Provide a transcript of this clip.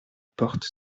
porte